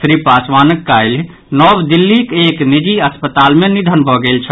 श्री पासवानक काल्हि नव दिल्लीक एक निजी अस्पताल मे निधन भऽ गेल छल